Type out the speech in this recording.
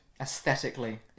Aesthetically